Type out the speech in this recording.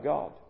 God